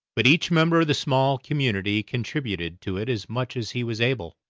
but each member of the small community contributed to it as much as he was able.